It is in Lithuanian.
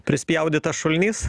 prispjaudytas šulinys